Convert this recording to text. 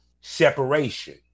separation